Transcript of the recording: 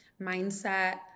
mindset